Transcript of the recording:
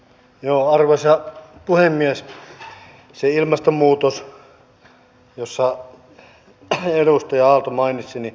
tunneilla ei käydä tai loppukokeisiin ei osallistuta